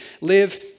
live